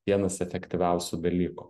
vienas efektyviausių dalykų